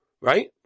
right